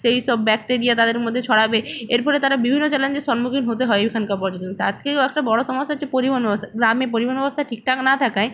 সেই সব ব্যাকটিরিয়া তাদের মধ্যে ছড়াবে এর ফলে তারা বিভিন্ন চ্যালেঞ্জের সম্মুখীন হতে হয় এখানকার পর্যটন তার থেকেও একটা বড় সমস্যা হচ্ছে পরিবহন ব্যবস্থা গ্রামে পরিবহন ব্যবস্থা ঠিকঠাক না থাকায়